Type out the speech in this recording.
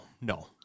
no